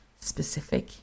specific